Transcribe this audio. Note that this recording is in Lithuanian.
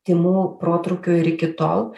tymų protrūkių ir iki tol